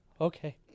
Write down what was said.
okay